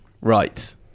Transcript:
Right